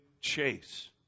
chase